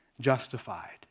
justified